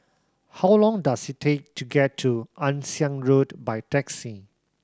how long does it take to get to Ann Siang Road by taxi